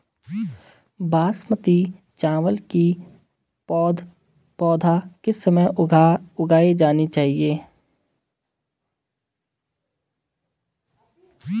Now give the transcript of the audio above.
बासमती चावल की पौध किस समय उगाई जानी चाहिये?